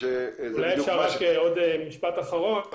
עוד משפט אחרון.